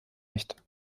nicht